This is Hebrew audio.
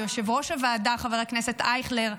ליושב-ראש הוועדה חבר הכנסת אייכלר,